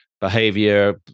behavior